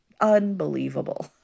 unbelievable